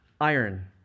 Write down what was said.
iron